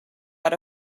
out